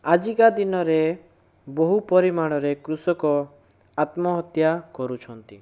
ଆଜିକା ଦିନରେ ବହୁ ପରିମାଣରେ କୃଷକ ଆତ୍ମହତ୍ୟା କରୁଛନ୍ତି